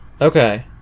okay